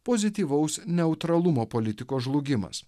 pozityvaus neutralumo politikos žlugimas